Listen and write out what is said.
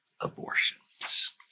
abortions